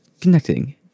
connecting